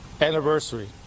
anniversary